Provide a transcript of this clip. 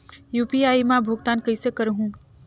UPI मा भुगतान कइसे करहूं?